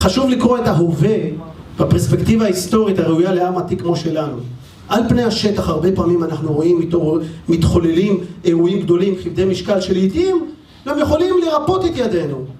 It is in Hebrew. חשוב לקרוא את ההווה, בפרספקטיבה ההיסטורית, הראויה לעם עתיק כמו שלנו. על פני השטח הרבה פעמים אנחנו רואים מתחוללים אירועים גדולים, כבדי משקל שלעיתים, גם יכולים להרפות את ידינו.